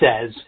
says